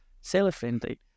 seller-friendly